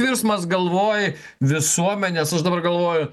virsmas galvoj visuomenės aš dabar galvoju